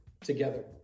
together